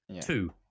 Two